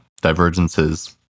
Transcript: divergences